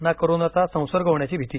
ना कोरोनाचा संसर्ग होण्याची भीती